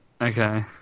Okay